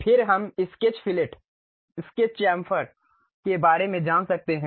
फिर हम sketch fillet sketch chamfer के बारे में जान सकते हैं